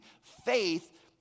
Faith